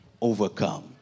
overcome